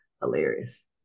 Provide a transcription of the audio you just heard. Hilarious